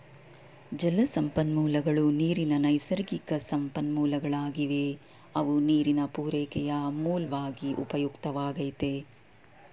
ಜಲಸಂಪನ್ಮೂಲಗಳು ನೀರಿನ ನೈಸರ್ಗಿಕಸಂಪನ್ಮೂಲಗಳಾಗಿವೆ ಅವು ನೀರಿನ ಪೂರೈಕೆಯ ಮೂಲ್ವಾಗಿ ಉಪಯುಕ್ತವಾಗೈತೆ